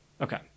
Okay